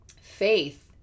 faith